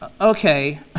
Okay